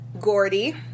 Gordy